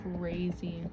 crazy